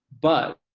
but,